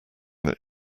that